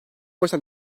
başına